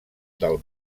del